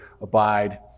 abide